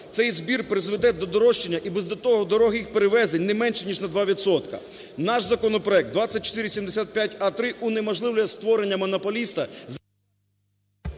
Цей збір призведе до здорожчання і без того дорогих перевезень не менше ніж на 2 відсотки. Наш законопроект 2475а-3 унеможливлює створення монополіста…